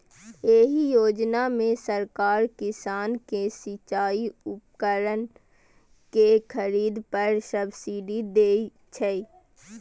एहि योजना मे सरकार किसान कें सिचाइ उपकरण के खरीद पर सब्सिडी दै छै